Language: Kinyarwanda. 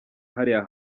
hariya